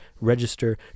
register